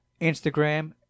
instagram